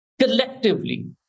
collectively